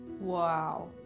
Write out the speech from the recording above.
Wow